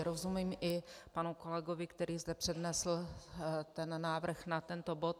Rozumím i panu kolegovi, který zde přednesl návrh na tento bod.